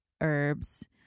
herbs